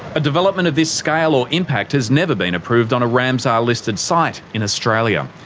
a development of this scale or impact has never been approved on a ramsar listed site in australia,